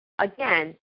again